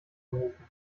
gerufen